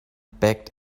backed